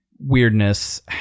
Weirdness